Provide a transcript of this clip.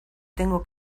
tengo